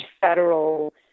federal